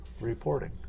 reporting